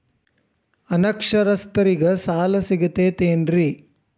ಅನಕ್ಷರಸ್ಥರಿಗ ಸಾಲ ಸಿಗತೈತೇನ್ರಿ?